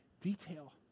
detail